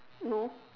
no